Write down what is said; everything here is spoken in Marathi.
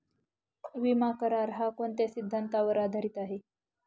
विमा करार, हा कोणत्या सिद्धांतावर आधारीत आहे?